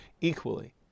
equally